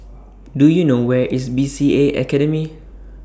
Do YOU know Where IS B C A Academy